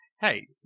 hey